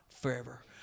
forever